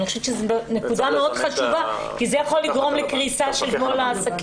אני חושבת שזאת נקודה מאוד חשובה כי זה יכול לגרום לקריסה של כל העסקים.